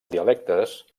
dialectes